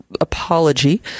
apology